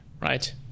right